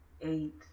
Eight